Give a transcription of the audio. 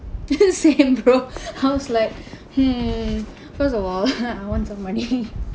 same bro I was like hmm first of all want some money